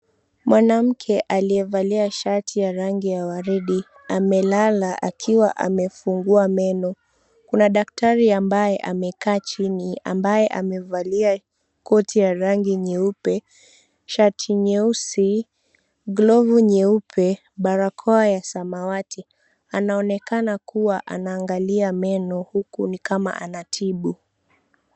Mwanamke aliyevalia shati ya rangi ya waridi, amelala akiwa amefungua meno. Kuna daktari ambaye amekaa chini ambaye amevalia koti ya rangi nyeupe, shati nyeusi, glovu nyeupe, barakoa ya samawati. Anaonekana kua anaangalia meno, huku nikama anatibu.